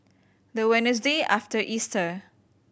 the Wednesday after Easter